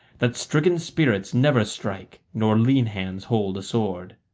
that stricken spirits never strike nor lean hands hold a sword.